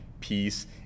peace